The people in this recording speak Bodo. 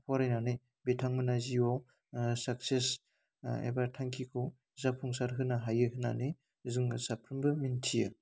फरायनानै बिथांमोना जिउआव साकसेस एबा थांखिखौ जाफुंसार होनो हायो होन्नानै जोङो साफ्रोमबो मिनथियो